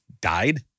died